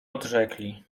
odrzekli